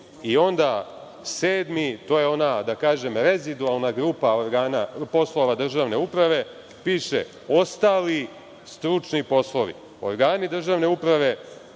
poslovi. Sedmi, to je ona rezidualna grupa poslova držane uprave, piše – ostali stručni poslovi. „Organi državne uprave